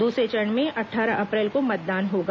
दूसरे चरण में अट्ठारह अप्रैल को मतदान होगा